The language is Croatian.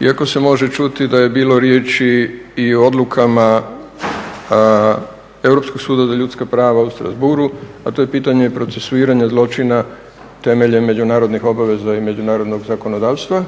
iako se može čuti da je bilo riječi i u odlukama Europskog suda za ljudska prava u Strassbourgu, a to je pitanje procesuiranja zločina temeljem međunarodnih obaveza i međunarodnog zakonodavstva,